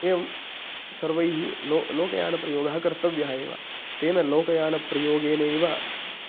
एवं सर्वैः लोकयानप्रयोगः कर्तव्यः एव तेन लोकयानप्रयोगेनैव